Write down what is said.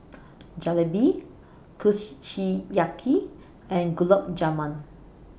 Jalebi Kushiyaki and Gulab Jamun